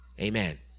amen